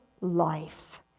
life